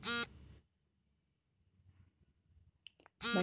ಬಂಡೂರು ತಳಿಯ ಕುರಿಮರಿಗಳಿಗೆ ಸಂತೆಯಲ್ಲಿ ಹೆಚ್ಚಿನ ಬೇಡಿಕೆ ಇದೆ